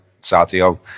Sadio